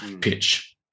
pitch